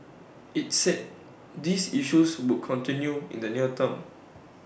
IT said these issues would continue in the near term